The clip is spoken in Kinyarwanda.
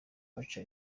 baca